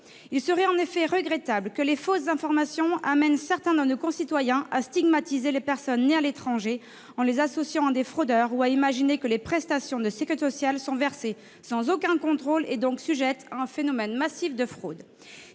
Il serait en effet regrettable que de fausses informations amènent certains de nos concitoyens à stigmatiser les personnes nées à l'étranger, en les associant à des fraudeurs, ou à imaginer que les prestations de sécurité sociale sont versées sans aucun contrôle, donc sujettes à un phénomène massif de fraude.